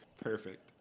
Perfect